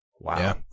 Wow